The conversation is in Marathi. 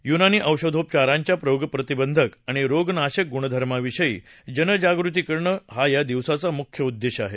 युनानी औषधोपचारांच्या रोगप्रतिबंधक आणि रोगनाशक गुणधर्माविषयी जनजागृती करणं हा या दिवसाचा मुख्य उद्देश आहे